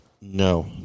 No